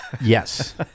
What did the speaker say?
Yes